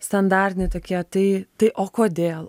standartiniai tokie tai tai o kodėl